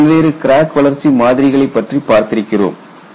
நாம் பல்வேறு கிராக் வளர்ச்சி மாதிரிகளை பற்றி பார்த்திருக்கிறோம்